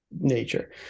nature